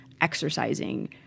exercising